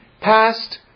past